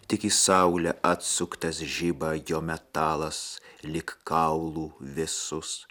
tik į saulę atsuktas žiba jo metalas lyg kaulų vėsus